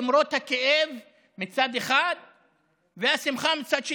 למרות הכאב מצד אחד והשמחה מצד שני.